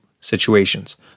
situations